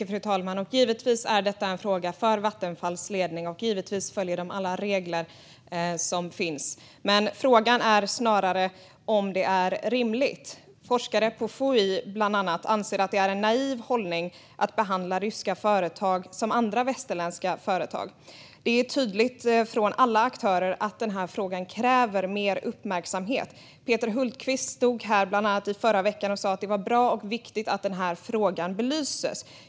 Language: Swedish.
Fru talman! Givetvis är detta en fråga för Vattenfalls ledning, och givetvis följer de alla regler som finns. Frågan är snarare om det är rimligt. Forskare på bland annat FOI anser att det är en naiv hållning att behandla ryska företag som andra västerländska företag. Det är tydligt från alla aktörer att den här frågan kräver mer uppmärksamhet. Peter Hultqvist stod här i förra veckan och sa att det är bra och viktigt att den här frågan belyses.